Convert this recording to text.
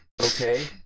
okay